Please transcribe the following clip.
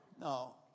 No